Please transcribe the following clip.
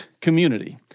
community